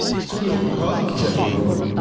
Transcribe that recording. studios, because of tech world,